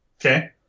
Okay